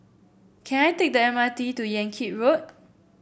can I take the M R T to Yan Kit Road